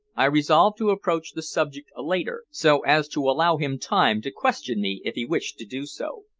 i resolved to approach the subject later, so as to allow him time to question me if he wished to do so.